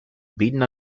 beaten